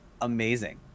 amazing